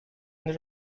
and